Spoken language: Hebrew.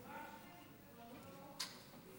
אדוני, 15 דקות.